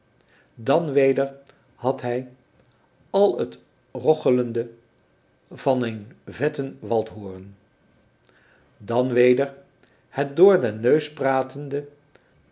dan weder had hij al het rochelende van een vetten waldhoren dan weder het door den neus pratende